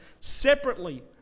separately